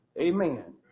Amen